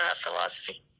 philosophy